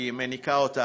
כי היא מניקה אותה,